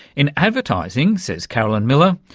in advertising, says carolyn miller,